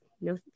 no